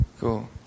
cool